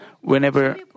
whenever